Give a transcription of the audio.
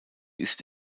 ist